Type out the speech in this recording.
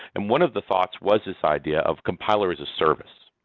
and one of the thoughts was this idea of compiler as a service,